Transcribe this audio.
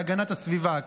המשרד להגנת הסביבה,